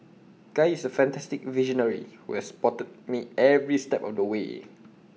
guy is A fantastic visionary who has supported me every step of the way